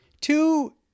Two